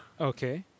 Okay